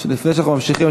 לפני שאנחנו ממשיכים,